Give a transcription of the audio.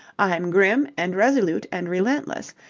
i'm grim and resolute and relentless,